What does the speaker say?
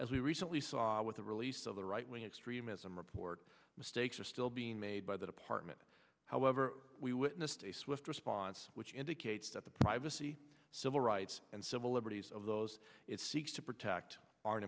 we recently saw with the release of the right wing extremism report mistakes are still being made by the department however we witnessed a swift response which indicates that the privacy civil rights and civil liberties of those it seeks to protect are